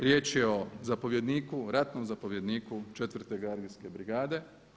Riječ je o zapovjedniku, ratnom zapovjedniku 4. gardijske brigade.